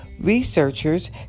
researchers